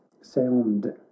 sound